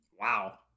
wow